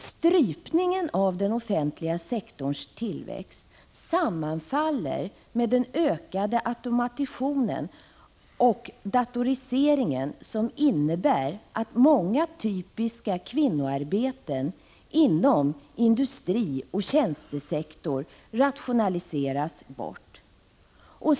Strypningen av den offentliga sektorns tillväxt sammanfaller med den ökande automationen och datoriseringen, som innebär att många typiska kvinnoarbeten inom industrioch tjänstesektorn rationaliseras bort.